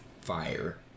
fire